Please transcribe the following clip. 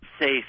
safe